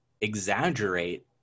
exaggerate